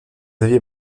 xavier